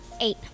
Eight